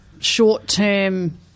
Short-term